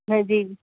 हा जी